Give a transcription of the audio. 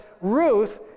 Ruth